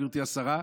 גברתי השרה?